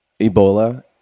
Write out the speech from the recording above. Ebola